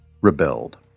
rebelled